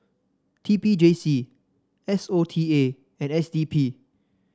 T P J C S O T A and S D P